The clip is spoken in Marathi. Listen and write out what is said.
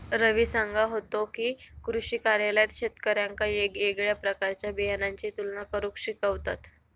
रवी सांगा होतो की, कृषी कार्यालयात शेतकऱ्यांका येगयेगळ्या प्रकारच्या बियाणांची तुलना करुक शिकवतत